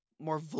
more